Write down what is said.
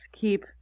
keep